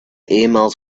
emails